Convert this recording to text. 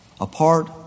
apart